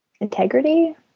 Integrity